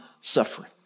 suffering